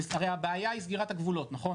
הרי הבעיה היא סגירת הגבולות, נכון?